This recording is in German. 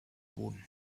boden